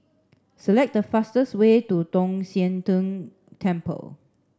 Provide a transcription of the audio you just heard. select the fastest way to Tong Sian Tng Temple